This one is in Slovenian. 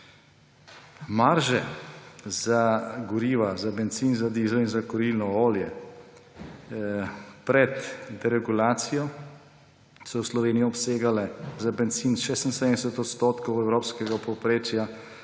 Marže za goriva, za bencin, za dizel in za kurilno olje pred deregulacijo so v Sloveniji obsegale za bencin 76 % evropskega povprečja,